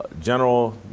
General